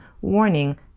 Warning